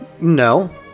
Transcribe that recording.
No